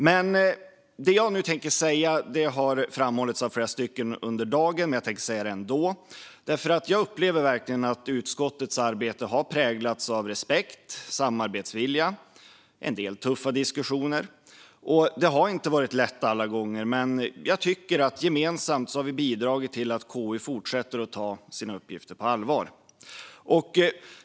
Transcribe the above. Det som jag nu tänker säga har framhållits av flera under dagen, men jag tänker säga det ändå. Jag upplever verkligen att utskottets arbete har präglats av respekt, samarbetsvilja och en del tuffa diskussioner. Och det har inte varit lätt alla gånger. Men jag tycker att vi gemensamt har bidragit till att KU fortsätter att ta sina uppgifter på allvar.